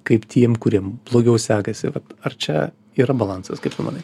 kaip tiem kuriem blogiau sekasi va ar čia yra balansas kaip tu manai